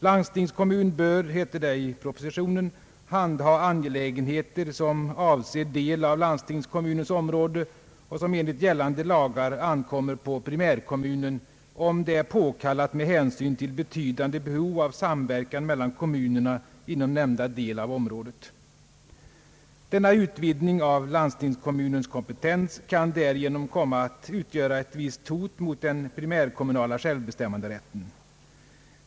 Landstingskommun bör, heter det i propositionen, handha angelägenheter som avser del av landstingskommunens område och som enligt gällande lagar ankommer på primärkommunen »om det är påkallat med hänsyn till betydande behov av samverkan mellan kommunerna inom nämnda del av området». Denna utvidgning av landstingskommunens kompetens kan därigenom komma att utgöra ett hot mot den primärkommunala = självbestämmanderätten.